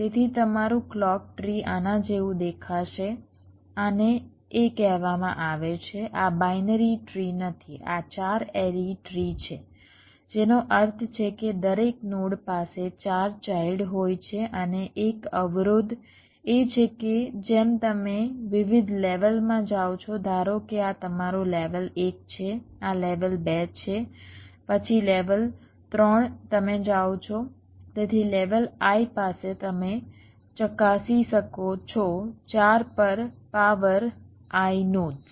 તેથી તમારું clock tree આના જેવું દેખાશે આને એ કહેવામાં આવે છે આ બાઇનરી ટ્રી નથી આ 4 એરી ટ્રી છે જેનો અર્થ છે કે દરેક નોડ પાસે 4 ચાઇલ્ડ હોય છે અને 1 અવરોધ એ છે કે જેમ તમે વિવિધ લેવલ માં જાઓ છો ધારો કે આ તમારું લેવલ 1 છે આ લેવલ 2 છે પછી લેવલ 3 તમે જાઓ છો તેથી લેવલ i પાસે હશે તમે ચકાસી શકો છો 4 પર પાવર i નોડ્સ